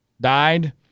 died